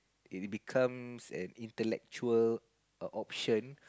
it becomes an intellectual err options